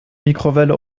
mikrowelle